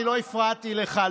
אני לא הפרעתי לך.